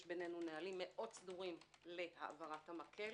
יש בינינו נהלים מאוד סדורים להעברת המקל